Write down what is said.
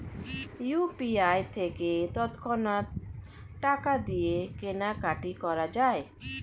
UPI থেকে তৎক্ষণাৎ টাকা দিয়ে কেনাকাটি করা যায়